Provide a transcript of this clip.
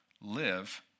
Live